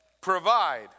provide